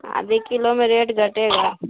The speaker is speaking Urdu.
آدھی کلو میں ریٹ گھٹے گا